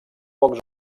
pocs